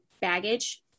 baggage